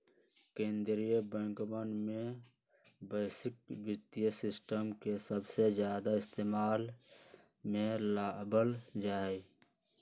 कीन्द्रीय बैंकवन में वैश्विक वित्तीय सिस्टम के सबसे ज्यादा इस्तेमाल में लावल जाहई